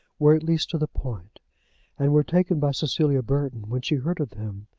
were at least to the point and were taken by cecilia burton, when she heard of them,